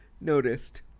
noticed